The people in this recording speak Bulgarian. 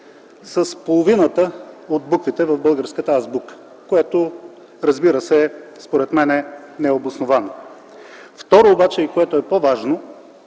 с половината от буквите в българската азбука, което, разбира се, според мен е необосновано. Второто обаче, което е по-важно,